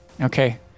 Okay